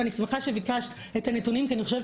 ואני שמחה שביקשת את הנתונים כי אני חושבת